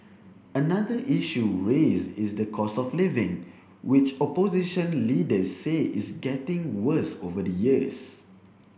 another issue raised is the cost of living which opposition leaders say is getting worse over the years